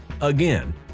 again